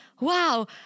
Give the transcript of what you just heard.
wow